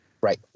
Right